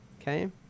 Okay